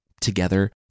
Together